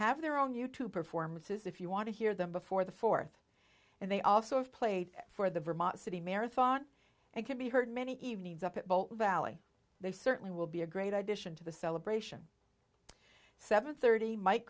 have their own u two performances if you want to hear them before the fourth and they also have played for the vermont city marathon and can be heard many evenings up at both valley they certainly will be a great addition to the celebration seven thirty mi